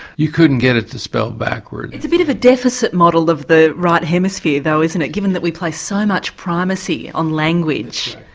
you couldn't get it to spell backwards. it's a bit of a deficit model of the right hemisphere, though, isn't it, given that we place so much primacy on language.